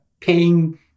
paying